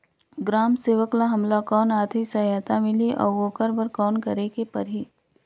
ग्राम सेवक ल हमला कौन आरथिक सहायता मिलही अउ ओकर बर कौन करे के परही?